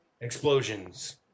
explosions